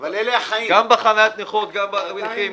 גם בחניית נכים,